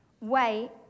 wait